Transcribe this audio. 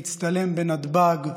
להצטלם בנתב"ג,